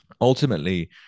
ultimately